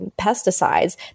pesticides